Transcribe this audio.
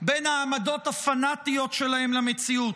בין העמדות הפנטיות שלהם למציאות.